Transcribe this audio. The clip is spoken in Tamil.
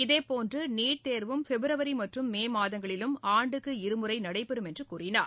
இதேபோன்று நீட் தேர்வும் பிப்ரவரி மற்றும் மே மாதங்களிலும் ஆண்டுக்கு இருமுறை நடைபெறும் என்றும் கூறினார்